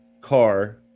car